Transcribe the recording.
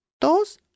dos